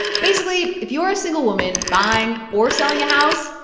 basically, if you are a single woman buying or selling a house,